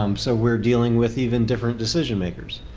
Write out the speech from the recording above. um so we're dealing with even different decision makers.